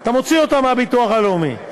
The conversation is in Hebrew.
אתה מוציא אותן מהביטוח הלאומי.